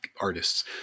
artists